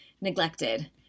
neglected